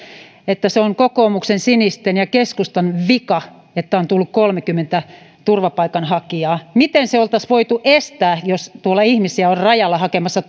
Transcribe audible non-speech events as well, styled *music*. että se on kokoomuksen sinisten ja keskustan vika että on tullut kolmekymmentätuhatta turvapaikanhakijaa miten se oltaisiin voitu estää jos tuolla rajalla on ihmisiä hakemassa *unintelligible*